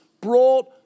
brought